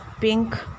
pink